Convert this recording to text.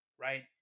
right